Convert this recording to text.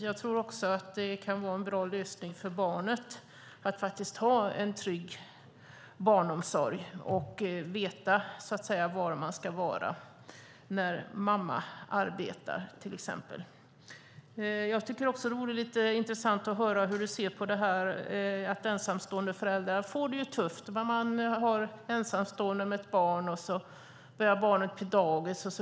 Jag tror också att det kan vara en bra lösning för barnet att ha en trygg barnomsorg och veta var man ska vara när mamma arbetar. Det vore intressant att höra hur du ser på att ensamstående föräldrar får det tufft. Man är ensamstående med ett barn. Barnet börjar på dagis.